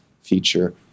feature